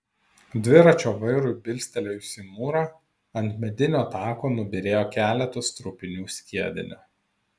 dviračio vairui bilstelėjus į mūrą ant medinio tako nubyrėjo keletas trupinių skiedinio